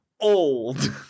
old